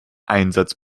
einsatz